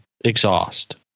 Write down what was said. exhaust